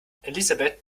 elisabeth